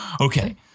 okay